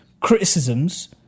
criticisms